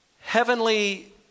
heavenly